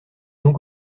donc